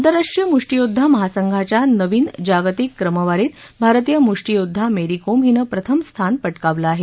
आंतरराष्ट्रीय मुष्टी योध्दा महासंघाच्या नवीन जागतिक क्रमवारीत भारतीय मुष्टी योध्दा मेरी कोम हिनं प्रथम स्थान पटकावलं आहे